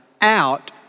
out